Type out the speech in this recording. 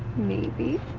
maybe.